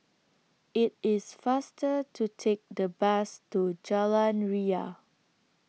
IT IS faster to Take The Bus to Jalan Ria